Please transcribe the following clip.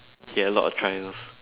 get a lot of tries of